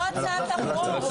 זאת לא הצעת החוק.